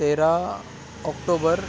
तेरा ऑक्टोबर